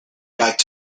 biked